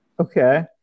Okay